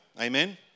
Amen